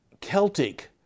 Celtic